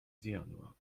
zjadła